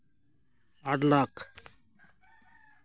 ᱟᱴ lakh